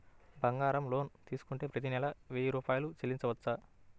బంగారం లోన్ తీసుకుంటే ప్రతి నెల వెయ్యి రూపాయలు చెల్లించవచ్చా?